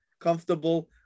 comfortable